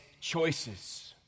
choices